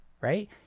right